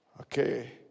Okay